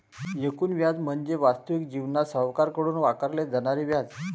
एकूण व्याज म्हणजे वास्तविक जीवनात सावकाराकडून आकारले जाणारे व्याज